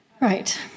right